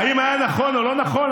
האם היה נכון או לא נכון,